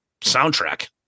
soundtrack